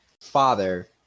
father